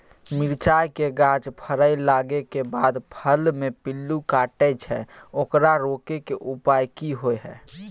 मिरचाय के गाछ फरय लागे के बाद फल में पिल्लू काटे छै ओकरा रोके के उपाय कि होय है?